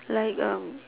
like um